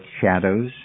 shadows